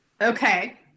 Okay